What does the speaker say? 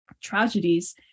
tragedies